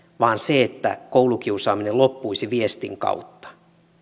vaan se että koulukiusaaminen loppuisi viestin kautta